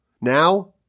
Now